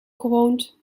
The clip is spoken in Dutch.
gewoond